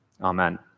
Amen